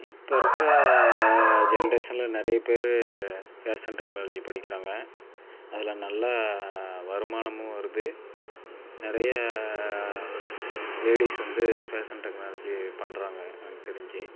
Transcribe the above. இப்போ இருக்கிற ஜெனரேஷன்ல நிறைய பேர் ஃபேஷன் டெக்னாலஜி படிக்கிறாங்க அதில் நல்லா வருமானமும் வருது நிறையா லேடிஸ் வந்து ஃபேஷன் டெக்னாலஜி பண்ணுறாங்க எனக்கு தெரிஞ்சு